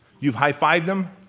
you've high-fived them,